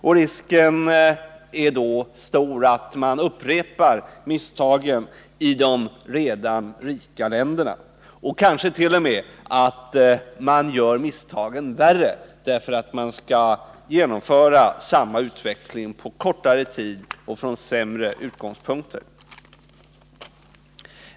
Och risken är då stor att man upprepar misstagen från de redan rika länderna och kanske t.o.m. gör misstagen värre därför att man skall genomföra samma utveckling på kortare tid och från sämre utgångspunkter.